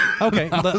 okay